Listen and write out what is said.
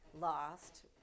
lost